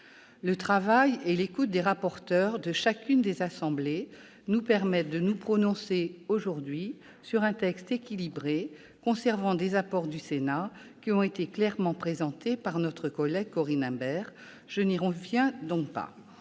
Le travail et l'écoute des rapporteurs de chacune des assemblées nous permettent de nous prononcer aujourd'hui sur un texte équilibré, conservant des apports du Sénat qui ont été clairement présentés par Corinne Imbert. Je n'y reviens donc pas.